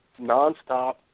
nonstop